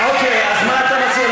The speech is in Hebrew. אוקיי, אז מה אתה מציע?